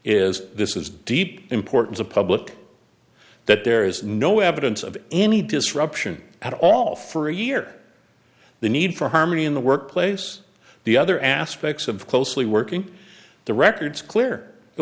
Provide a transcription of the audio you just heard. is this is deep importance of public that there is no evidence of any disruption at all for a year the need for harmony in the workplace the other aspects of closely working the records clear the